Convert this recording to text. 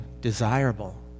desirable